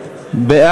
2012, נתקבלה.